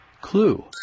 Clue